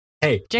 Hey